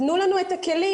תנו לנו את הכלים,